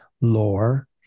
lore